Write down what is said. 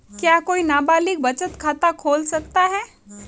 क्या कोई नाबालिग बचत खाता खोल सकता है?